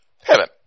Heaven